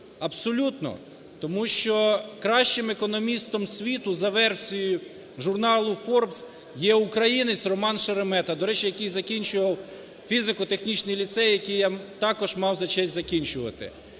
Абсолютно, тому що кращим економістом світу за версією журналу "Forbes" є українець Роман Шеремета, до речі, який закінчував фізико-технічний ліцей, який я також мав за честь закінчувати.